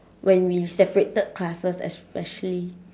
when we separated classes especially